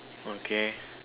okay